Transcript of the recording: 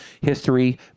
History